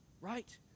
Right